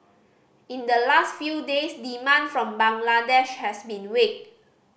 in the last few days demand from Bangladesh has been weak